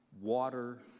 water